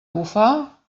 bufar